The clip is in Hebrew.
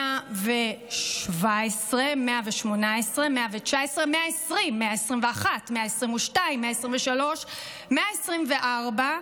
117, 118, 119, 120, 121, 122, 123, 124,